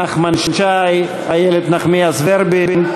נחמן שי, איילת נחמיאס ורבין,